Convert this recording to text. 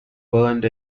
burned